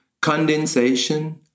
Condensation